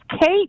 Kate